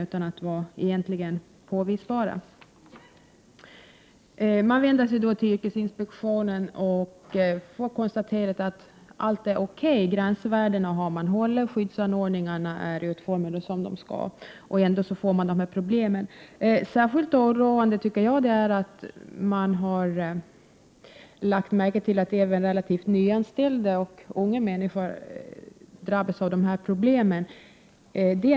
När man vänder sig till yrkesinspektionen, konstateras det där att det inte finns något att anmärka på. Man har hållit sig inom gränsvärdena, och skyddsanordningarna är utformade enligt gällande regler. Ändå uppstår dessa problem. Jag anser det vara särskilt oroande att även relativt nyanställda och unga människor har drabbats av de här skadorna.